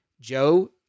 Joe